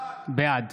בעד